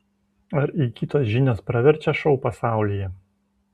ar įgytos žinios praverčia šou pasaulyje